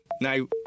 Now